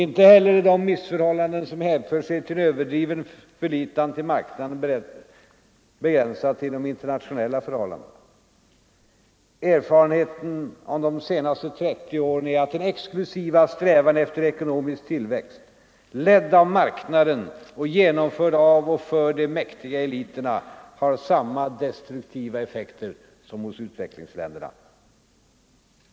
—-—-=- Inte heller är de missförhållanden som hänför sig till en överdriven förlitan till marknaden begränsade till internationella förhållanden. Erfarenheterna från de senaste trettio åren är att den exklusiva strävan efter ekonomisk tillväxt, ledd av marknaden och genomförd av och för de mäktiga eliterna, har samma destruktiva effekter som inom utvecklingsländerna.